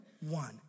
one